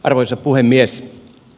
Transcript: arvoisa puhemies